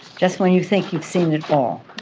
just when you think you've seen it all.